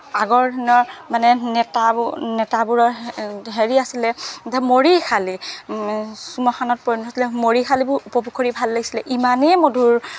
আগৰ দিনৰ মানে নেতাবোৰ নেতাবোৰৰ হেৰি আছিলে ধ মৰিশালি শ্মশানত পৰিণত হৈছিলে মৰিশালিবোৰ উপভোগ কৰি ভাল লাগিছিলে ইমানেই মধুৰ